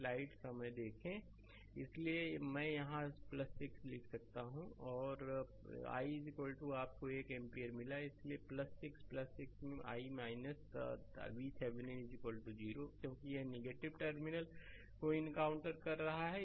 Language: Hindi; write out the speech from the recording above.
स्लाइड समय देखें 0939 इसलिए मैं यहां 6 लिख सकता हूं और i आपको 1 एम्पीयर मिला इसलिए 6 6 में i VThevenin 0 क्योंकि यह निगेटिव टर्मिनल को एनकाउंटर कर रहा है